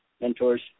mentors